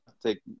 take